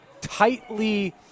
tightly